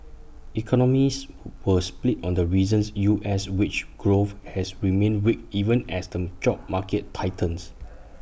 economists who was split on the reasons U S wage growth has remained weak even as the job market tightens